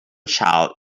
child